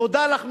תודה לך,